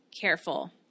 careful